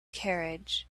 carriage